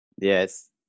yes